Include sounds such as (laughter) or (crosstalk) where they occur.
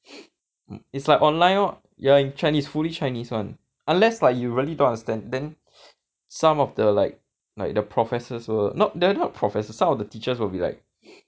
(breath) mm it's like online ya in chinese fully chinese [one] unless like you really don't understand then some of the like like the professors will they are not professors some of the teachers will be like (breath)